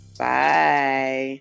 Bye